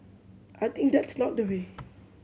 I think that's not the way